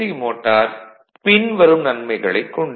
motor பின்வரும் நன்மைகளைக் கொண்டது